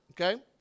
okay